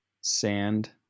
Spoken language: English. sand